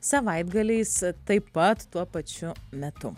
savaitgaliais taip pat tuo pačiu metu